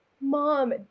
mom